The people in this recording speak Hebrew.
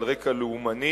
על רקע לאומני,